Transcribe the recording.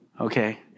Okay